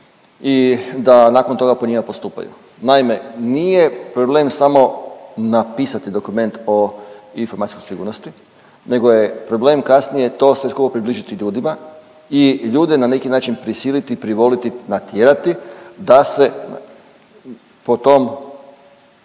i da nakon toga po njima postupaju. Naime, nije problem samo napisati dokument o informacijskoj sigurnosti, nego je problem kasnije to sve skupa približiti ljudima i ljude na neki način prisiliti i privoliti, natjerati da se po tom